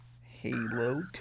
Halo